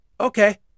Okay